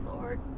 Lord